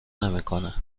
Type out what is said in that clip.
نمیکنه